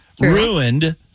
ruined